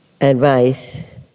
advice